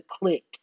click